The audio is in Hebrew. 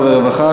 והרווחה.